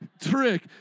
trick